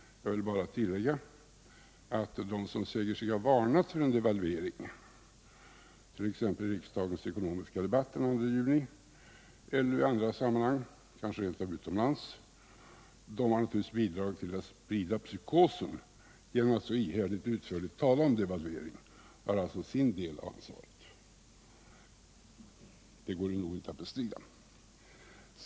Jag vill bara tillägga att de som säger sig ha varnat för en devalvering, t.ex. under riksdagens ekonomiska debatt den 2 juni eller i andra sammanhang —- kanske rent av utomlands — naturligtvis har bidragit till att sprida psykosen. Efter att så ihärdigt och utförligt ha talat om devalvering har de alltså sin del av ansvaret. Det går nog inte att bestrida.